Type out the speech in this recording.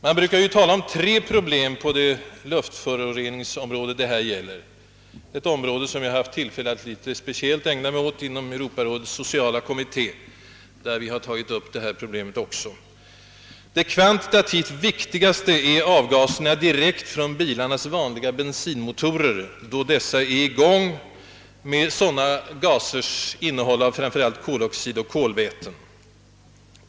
Man brukar ju tala om tre problem på det luftföroreningsområde det här gäller — ett område som jag haft tillfälle att lite speciellt ägna mig åt inom Europarådets sociala kommitté, som också tagit upp denna fråga. Det kvantitativt viktigaste problemet är avgaserna direkt från bilarnas vanliga bensinmotorer, medan dessa är igång, och nedsmutsningen av luften på grund av dessa gasers innehåll av framför allt koloxid och kolväten.